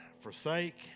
Forsake